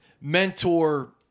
mentor